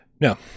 No